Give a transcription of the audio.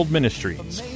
Ministries